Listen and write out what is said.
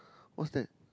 what's that